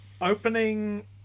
opening